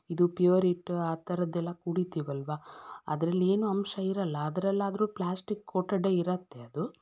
ಇದು ಪ್ಯೂರಿಟ್ಟ ಆ ಥರದ್ದೆಲ್ಲ ಕುಡೀತೀವಲ್ವ ಅದರಲ್ಲಿ ಏನೂ ಅಂಶ ಇರಲ್ಲ ಅದ್ರಲ್ಲಾದ್ರೂ ಪ್ಲಾಸ್ಟಿಕ್ ಕೋಟಡ್ಡೇ ಇರುತ್ತೆ ಅದು